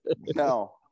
no